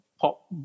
pop